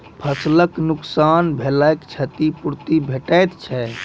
फसलक नुकसान भेलाक क्षतिपूर्ति भेटैत छै?